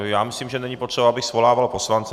Já myslím, že není potřeba, abych svolával poslance.